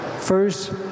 First